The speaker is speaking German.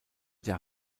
der